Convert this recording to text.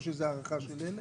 או שזו הארכה של אלה?